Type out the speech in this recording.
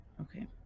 Okay